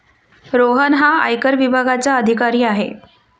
रोहन हा आयकर विभागाचा अधिकारी आहे